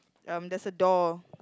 um there's a door